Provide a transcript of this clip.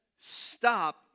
stop